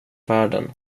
världen